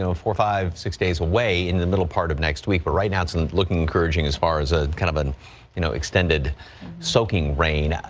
know, four, five, six days away into the middle part of next week. but right now it's and looking encouraging as far as ah kind of and you know extended soaking rain.